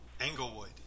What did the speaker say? Englewood